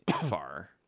far